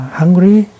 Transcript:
hungry